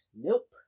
nope